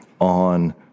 on